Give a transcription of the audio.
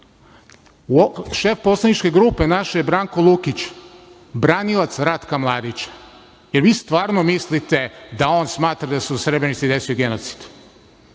naše poslaničke grupe je Branko Lukić, branilac Ratka Mladića. Da li vi stvarno mislite da on smatra da se u Srebrenici desio genocid? Meni